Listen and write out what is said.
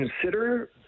consider